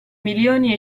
milioni